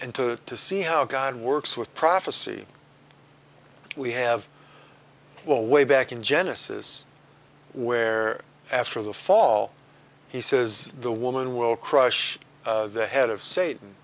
and to to see how god works with prophecy we have a way back in genesis where after the fall he says the woman will crush the head of satan